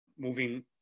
Moving